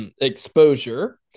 exposure